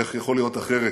איך יכול להיות אחרת,